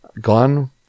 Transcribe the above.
gone